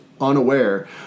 unaware